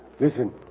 Listen